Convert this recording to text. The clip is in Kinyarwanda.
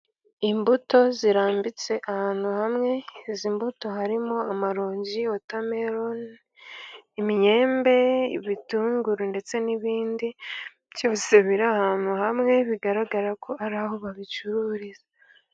Imbuto zirambitse ahantu hamwe. Izi mbuto harimo amaronji , wotameloni, imyembe , ibitunguru, ndetse n'ibindi byose biri ahantu hamwe bigaragara ko ari aho babicururiza.